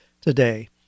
today